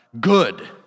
good